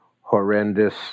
horrendous